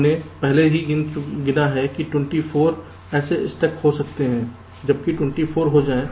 हमने पहले ही गिना है कि 24 ऐसे फाल्ट हो सकते हैं ताकि 24 हो जाए